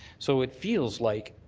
so it feels like